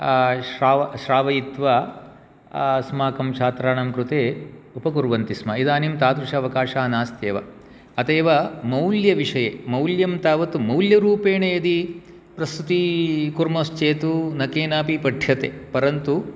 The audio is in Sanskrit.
श्रावयित्वा अस्माकं छात्राणां कृते उपकुर्वन्ति स्म इदानीं तादृश अवकाशः नास्ति एव अत एव मौल्यविषये मौल्यं तावत् मौल्यरूपेण यदि प्रस्तुतिः कुर्मश्चेत् न केनापि पठ्यते परन्तु